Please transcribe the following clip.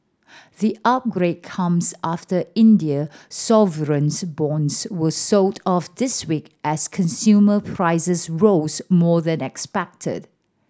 the upgrade comes after India sovereign bonds were sold off this week as consumer prices rose more than expected